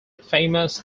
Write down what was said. famous